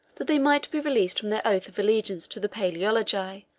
that they might be released from their oath of allegiance to the palaeologi,